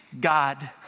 God